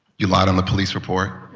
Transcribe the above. you lied on the police report.